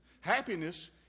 Happiness